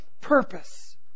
purpose